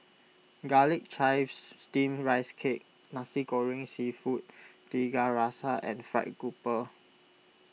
Garlic Chives Steamed Rice Cake Nasi Goreng Seafood Tiga Rasa and Fried Grouper